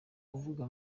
kuvuga